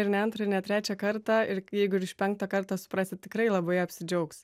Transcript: ir ne antrą ir ne trečią kartą ir jeigu ir iš penkto karto suprasit tikrai labai apsidžiaugs